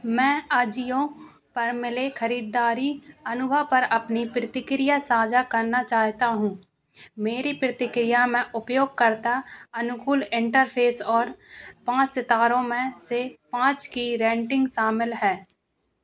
मैं ऑजिओ पर मिले खरीदारी अनुभव पर अपनी प्रतिक्रिया साझा करना चाहता हूँ मेरी प्रतिक्रिया में उपयोगकर्ता अनुकूल इन्टरफ़ेस और पाँच सितारों में से पाँच की रेटिन्ग शामिल है